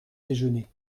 déjeuner